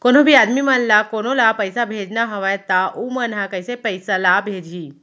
कोन्हों भी आदमी मन ला कोनो ला पइसा भेजना हवय त उ मन ह कइसे पइसा ला भेजही?